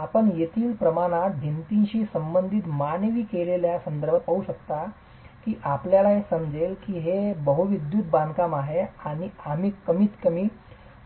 आपण तेथील प्रमाणात भिंतीशी संबंधित मानवी स्केलच्या संदर्भात पाहू शकता की आपल्याला हे समजेल की ते एक बहुविद्युत बांधकाम आहे आणि आम्ही कमीतकमी